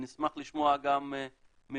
נשמח לשמוע גם ממנו.